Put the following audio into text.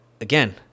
again